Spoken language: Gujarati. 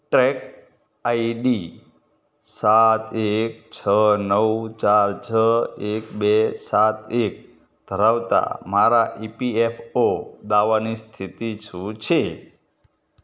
ટ્રેક આઈ ડી સાત એક છ નવ ચાર છ એક બે સાત એક ધરાવતાં મારા ઇ પી એફ ઓ દાવાની સ્થિતિ શું છે